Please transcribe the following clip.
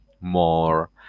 more